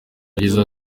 yagize